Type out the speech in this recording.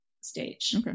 stage